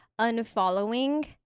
unfollowing